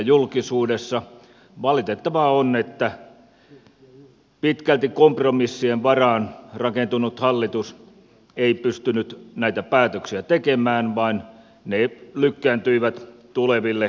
valitettavaa on että pitkälti kompromissien varaan rakentunut hallitus ei pystynyt näitä päätöksiä tekemään vaan ne lykkääntyivät tuleville hallituksille